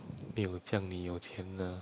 没有像你有钱 lah